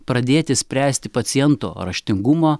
pradėti spręsti paciento raštingumo